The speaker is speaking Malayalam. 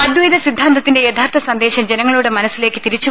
അദൈത സിദ്ധാന്ത ത്തിന്റെ യഥാർത്ഥ സന്ദേശം ജനങ്ങളുടെ മനസ്സിലേക്ക് തിരിച്ചു